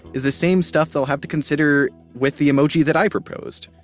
is the same stuff they'll have to consider with the emoji that i proposed,